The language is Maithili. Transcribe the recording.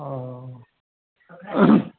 अऽ